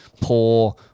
poor